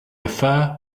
affair